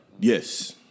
Yes